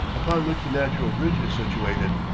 upon which the natural bridge is situated.